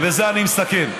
ובזה אני מסכם.